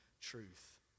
truth